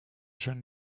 john